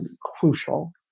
crucial